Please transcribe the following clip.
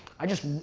i just,